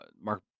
mark